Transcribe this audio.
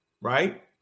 right